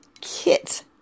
kit